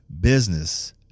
business